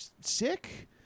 sick